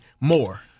more